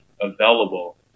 available